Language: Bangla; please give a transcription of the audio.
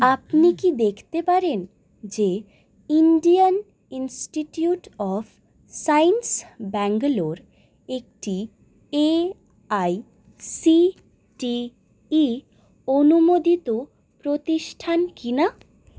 আপনি কি দেখতে পারেন যে Indian Institute of Science Bangalore একটি এআইসিটিই অনুমোদিত প্রতিষ্ঠান কি না